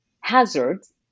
hazards